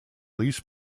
least